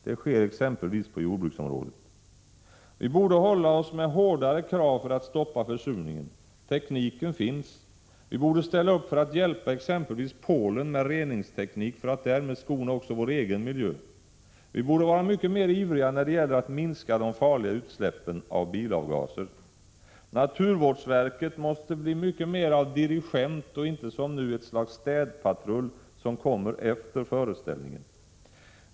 Det sker exempelvis på jordbruksområdet. Vi borde hålla oss med hårdare krav för att stoppa försurningen. Tekniken finns. Vi borde ställa upp för att hjälpa exempelvis Polen med reningsteknik för att därmed skona också vår egen miljö. Vi borde vara mycket mer ivriga när det gäller att minska de farliga utsläppen av bilavgaser. Naturvårdsverket måste bli mycket mer av dirigent och inte, som nu, ett slags städpatrull som kommer efter föreställningen.